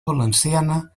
valenciana